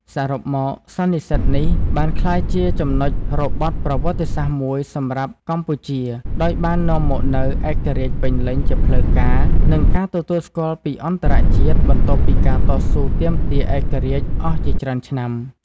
សរុបមក សន្និសីទនេះបានក្លាយជាចំណុចរបត់ប្រវត្តិសាស្ត្រមួយសម្រាប់កម្ពុជា ដោយបាននាំមកនូវ ឯករាជ្យពេញលេញជាផ្លូវការ និងការទទួលស្គាល់ពីអន្តរជាតិ បន្ទាប់ពីការតស៊ូទាមទារឯករាជ្យអស់ជាច្រើនឆ្នាំ។